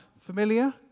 familiar